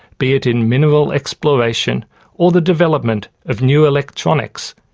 be it in mineral exploration or the development of new electronics,